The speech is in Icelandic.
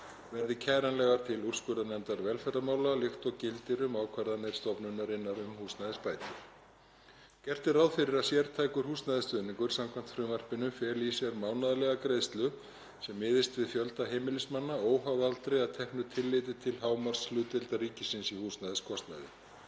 verði kæranlegar til úrskurðarnefndar velferðarmála, líkt og gildir um ákvarðanir stofnunarinnar um húsnæðisbætur. Gert er ráð fyrir að sértækur húsnæðisstuðningur samkvæmt frumvarpinu feli í sér mánaðarlega greiðslu sem miðist við fjölda heimilismanna, óháð aldri, að teknu tilliti til hámarkshlutdeildar ríkisins í húsnæðiskostnaði.